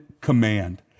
command